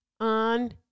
on